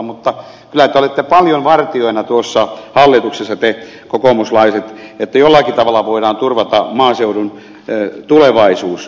mutta kyllä te olette paljon vartijoina tuossa hallituksessa te kokoomuslaiset että jollakin tavalla voidaan turvata maaseudun tulevaisuus